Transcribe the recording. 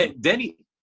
Denny